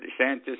DeSantis